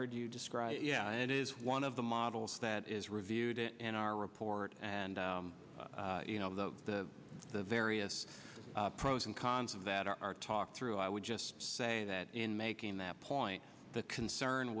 heard you describe yeah it is one of the models that is reviewed it in our report and you know the the the various pros and cons of that are talked through i would just say that in making that point the concern